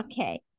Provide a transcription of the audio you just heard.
Okay